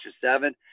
seven